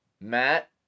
Matt